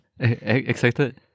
Excited